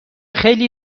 خیلی